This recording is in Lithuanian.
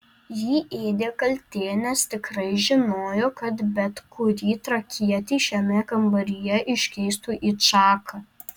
jį ėdė kaltė nes tikrai žinojo kad bet kurį trakietį šiame kambaryje iškeistų į čaką